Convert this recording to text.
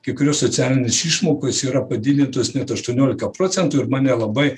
kai kurios socialinės išmokos yra padidintos net aštuoniolika procentų ir mane labai